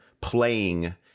playing